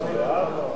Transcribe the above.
נתקבלו.